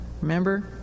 Remember